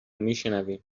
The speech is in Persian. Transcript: میشنویم